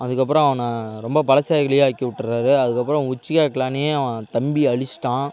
அதுக்கப்புறம் அவன ரொம்ப பலசாலி ஆக்கி விட்டுறாரு அதுக்கப்புறம் உச்சிக்கா க்ளானையே அவன் தம்பி அழிச்சிட்டான்